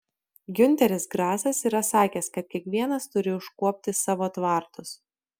giunteris grasas yra sakęs kad kiekvienas turi iškuopti savo tvartus